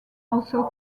also